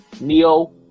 Neo